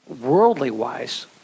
worldly-wise